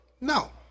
No